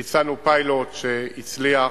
ביצענו פיילוט, שהצליח,